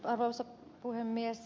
arvoisa puhemies